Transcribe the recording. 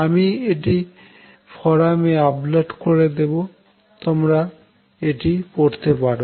আমি এটি ফোরামে আপলোড করে দেব তোমরা এতি পড়তে পারো